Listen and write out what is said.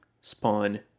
spawn